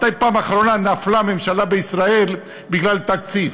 מתי בפעם האחרונה נפלה ממשלה בישראל בגלל תקציב?